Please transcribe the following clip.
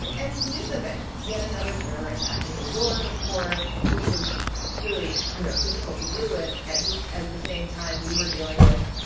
and news events yet another terror attack in new york, of course, which was really, you know, difficult to deal with at just as the same time we were dealing with,